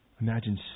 imagine